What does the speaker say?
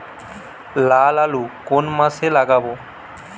লাল আলু কোন মাসে লাগাব?